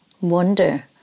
wonder